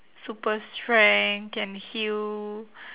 super strength can heal